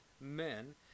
men